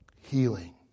healing